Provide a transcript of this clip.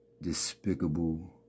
despicable